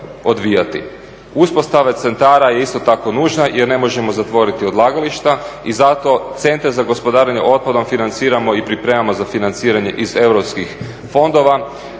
Uspostava centara je isto tako nužna jer ne možemo zatvoriti odlagališta i zato centre za gospodarenje otpadom financiramo i pripremamo za financiranje iz EU fondova